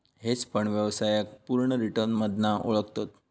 hedge fund व्यवसायाक पुर्ण return मधना ओळखतत